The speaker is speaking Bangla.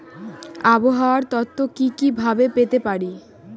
আবহাওয়ার তথ্য কি কি ভাবে পেতে পারি?